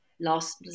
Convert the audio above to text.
last